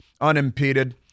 unimpeded